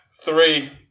Three